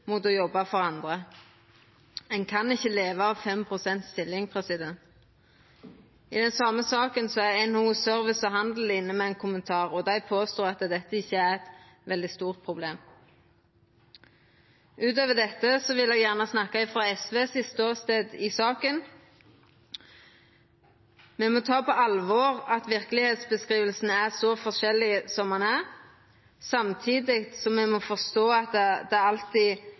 mot å jobba for andre. Ein kan ikkje leva av 5 pst. stilling. I den same saka er NHO Service og Handel inne med ein kommentar, og dei påstår at dette ikkje er eit veldig stort problem. Utover dette vil eg gjerne snakka frå SVs ståstad i saka. Me må ta på alvor at verkelegheitsskildringa er så forskjellig som ho er, samtidig som me må forstå at det alltid